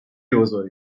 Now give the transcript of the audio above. بزرگ